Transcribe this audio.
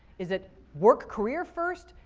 is it work career first?